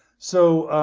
so,